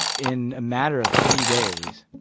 in a matter of three days,